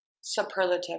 superlative